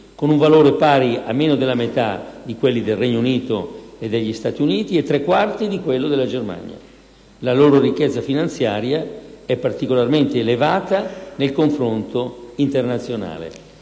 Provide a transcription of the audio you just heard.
con un valore pari a meno della metà di quelli del Regno Unito e degli Stati Uniti, e tre quarti di quello della Germania. La loro ricchezza finanziaria è particolarmente elevata nel confronto internazionale.